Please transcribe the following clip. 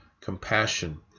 compassion